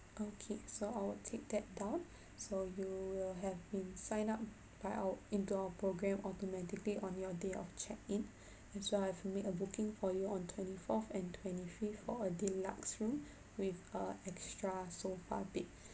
okay so I will take that down so you will have been signed up by our into our programme automatically on your day of check in and so I've made a booking for you on twenty fourth and twenty fifth for a deluxe room with a extra sofa bed